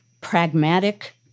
pragmatic